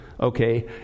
okay